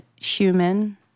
human